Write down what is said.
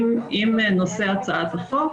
עם נושא הצעת החוק,